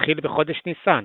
מתחיל בחודש ניסן